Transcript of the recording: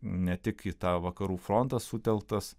ne tik į tą vakarų frontą sutelktas